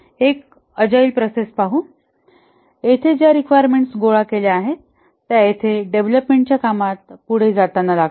एक agile process पाहू येथे ज्या रिक्वायरमेंट्स गोळा केल्या आहेत त्या येथे डेव्हलपमेंटच्या कामात पुढे जाताना लागतात